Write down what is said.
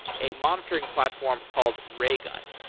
a monitoring platform called raygun.